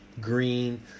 green